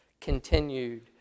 continued